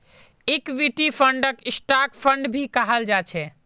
equity फंडक stock fund भी कहाल जा छे